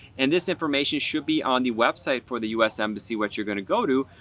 and this information should be on the website for the us embassy, what you're going to go to,